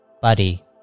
Buddy